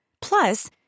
Plus